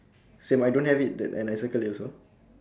same I don't have it that and I circled it also